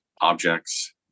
objects